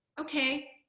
Okay